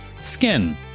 Skin